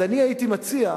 אז אני הייתי מציע,